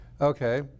Okay